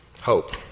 Hope